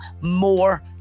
more